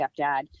stepdad